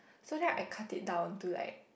so then I cut it down to like